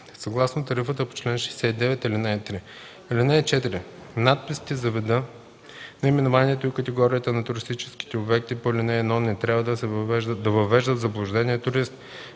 съгласно тарифата по чл. 69, ал. 3. (4) Надписите за вида, наименованието и категорията на туристическите обекти по ал. 1 не трябва да въвеждат в заблуждение туриста.